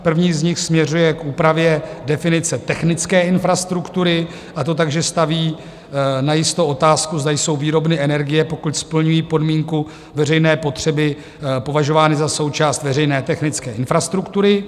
První z nich směřuje k úpravě definice technické infrastruktury, a to tak, že staví najisto otázku, zda jsou výrobny energie, pokud splňují podmínku veřejné potřeby, považovány za součást veřejné technické infrastruktury.